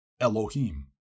Elohim